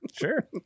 Sure